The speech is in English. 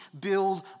build